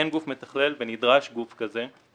אן גוף מתכלל ונדרש גוף כזה.